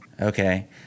Okay